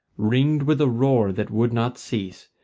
ringed with a roar that would not cease,